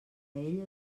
ell